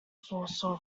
foresaw